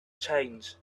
change